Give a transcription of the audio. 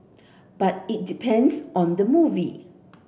but it depends on the movie